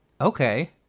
okay